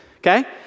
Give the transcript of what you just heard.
Okay